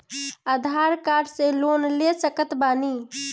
आधार card से loan ले सकत बणी?